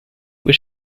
was